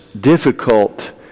difficult